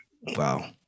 Wow